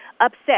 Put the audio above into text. upset